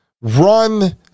run